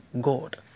God